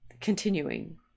Continuing